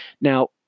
Now